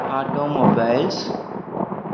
auto mobiles